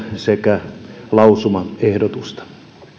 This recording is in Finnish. sekä lausumaehdotusta